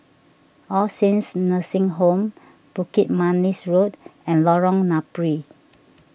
All Saints Nursing Home Bukit Manis Road and Lorong Napiri